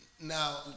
now